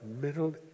Middle